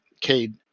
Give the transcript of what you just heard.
Cade